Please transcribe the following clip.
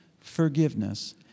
forgiveness